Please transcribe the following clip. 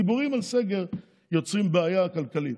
הדיבורים על סגר יוצרים בעיה כלכלית,